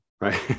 right